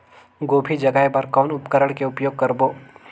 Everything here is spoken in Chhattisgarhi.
गोभी जगाय बर कौन उपकरण के उपयोग करबो?